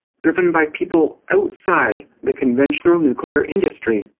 driven by people outside the conventional nuclear industry.